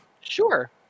sure